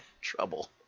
trouble